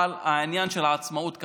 עניין העצמאות הכלכלית.